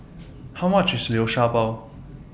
How much IS Liu Sha Bao